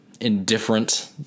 Indifferent